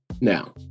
Now